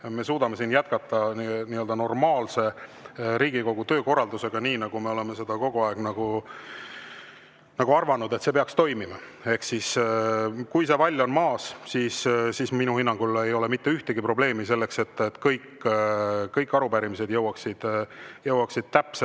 me saame siin jätkata nii-öelda normaalse Riigikogu töökorraldusega, nii nagu me oleme kogu aeg arvanud, et see peaks toimima. Kui see vall on maas, siis minu hinnangul ei ole mitte ühtegi probleemi, [mis takistaks seda], et kõik arupärimised jõuaksid suurde